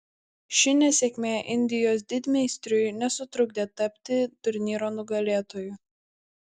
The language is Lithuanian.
ši nesėkmė indijos didmeistriui nesutrukdė tapti turnyro nugalėtoju